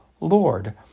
Lord